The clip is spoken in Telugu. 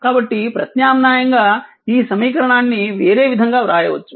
కాబట్టి ప్రత్యామ్నాయంగా ఈ సమీకరణాన్ని వేరే విధంగా రాయవచ్చు